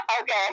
Okay